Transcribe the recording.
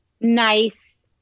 nice